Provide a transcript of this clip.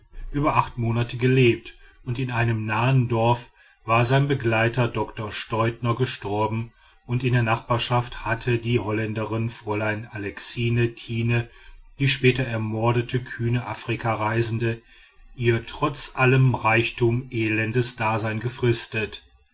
über acht monate gelebt in einem nahen dorf war sein begleiter dr steudner gestorben und in der nachbarschaft hatte die holländerin fräulein alexine tinne die später ermordete kühne afrikareisende ihr trotz allem reichtum elendes dasein gefristet